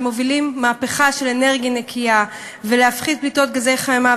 שמובילים מהפכה של אנרגיה נקייה ולהפחית פליטות גזי חממה,